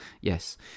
yes